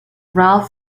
ralph